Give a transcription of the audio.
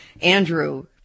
Andrew